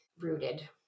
rooted